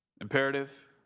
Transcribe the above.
Imperative